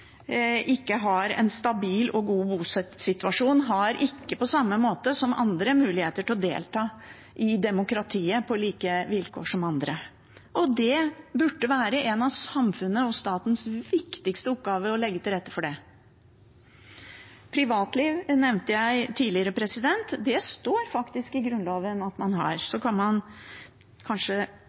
ikke har en stabil og god bosituasjon, har ikke på samme måte som andre mulighet til å delta i demokratiet på like vilkår som andre. Det burde være en av samfunnets og statens viktigste oppgaver å legge til rette for det. Privatliv nevnte jeg tidligere. Det står det faktisk i Grunnloven at man har rett til. Så kan man kanskje